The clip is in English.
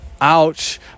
ouch